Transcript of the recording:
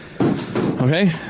Okay